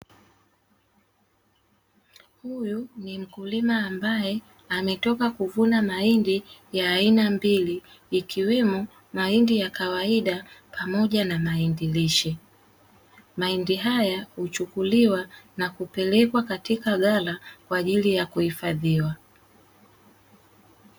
Huyu ni mkulima ambaye ametoka kuvuna mahindi ya aina mbili, ikiwemo; mahindi ya kawaida pamoja na mahindi lishe. Mahindi haya huchukuliwa na kupelekwa katika ghala kwa ajili ya kuhifadhiwa.